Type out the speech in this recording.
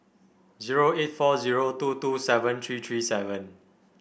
zero eight four zero two two seven three three seven